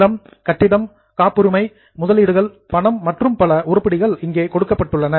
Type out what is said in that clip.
நிலம் கட்டிடம் பேட்டண்ட் காப்புரிமை இன்வெஸ்ட்மெண்ட்ஸ் முதலீடுகள் பணம் மற்றும் பல உருப்படிகள் இங்கே கொடுக்கப்பட்டுள்ளன